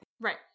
Right